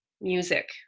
music